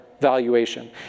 valuation